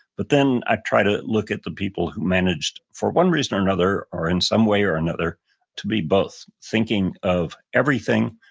but then i try to look at the people who managed for one reason or another or in some way or another to be both thinking of everything,